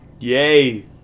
Yay